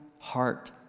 heart